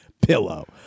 pillow